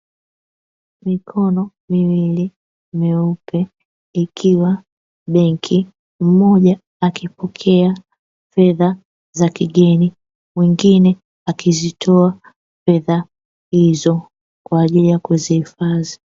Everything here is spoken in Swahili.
Mikono miwili meupe ikiwa benki. Mmoja akipokea fedha za kigeni, mwingine akizitoa fedha hizo kwaajili ya kuzihifadhi.